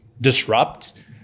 disrupt